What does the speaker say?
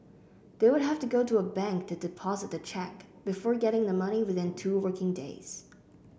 they would have to go to a bank to deposit the cheque before getting the money within two working days